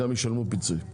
גם ישלמו פיצוי.